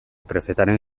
prefetaren